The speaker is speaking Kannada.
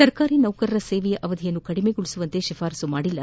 ಸರ್ಕಾರಿ ನೌಕರರ ಸೇವೆಯ ಅವಧಿಯನ್ನು ಕಡಿಮೆಗೊಳಿಸುವಂತೆ ಶಿಫಾರಸ್ಲು ಮಾಡಿಲ್ಲ